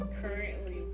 currently